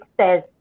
says